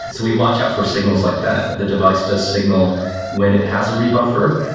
so we watch out for signals like that the device does signal when it has a rebuffer,